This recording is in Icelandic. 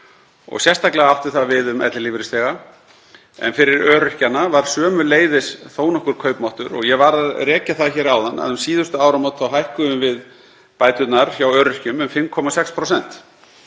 og sérstaklega átti það við um ellilífeyrisþega. Fyrir öryrkja var sömuleiðis þó nokkur kaupmáttaraukning og ég var að rekja það hér áðan að um síðustu áramót hækkuðum við bæturnar hjá öryrkjum um 5,6%.